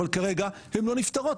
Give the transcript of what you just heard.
אבל כרגע הם לא נפתרות.